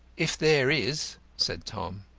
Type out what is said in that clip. if there is, said tom.